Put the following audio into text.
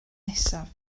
nesaf